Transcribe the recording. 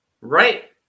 Right